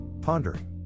pondering